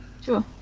Sure